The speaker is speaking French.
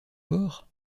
bord